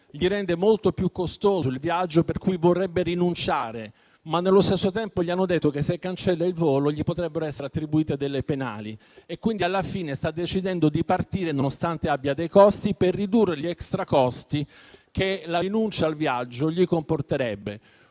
gli rende molto più costoso il viaggio per cui vorrebbe rinunciarvi; tuttavia nello stesso tempo gli hanno detto che se cancella il volo gli potrebbero essere attribuite delle penali; alla fine, quindi, sta decidendo di partire nonostante abbia dei costi per ridurre gli extracosti che la rinuncia al viaggio gli comporterebbe.